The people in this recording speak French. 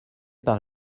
par